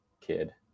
kid